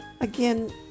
Again